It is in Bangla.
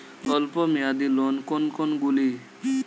অল্প মেয়াদি লোন কোন কোনগুলি?